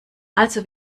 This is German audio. also